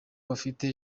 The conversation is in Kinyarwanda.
bafite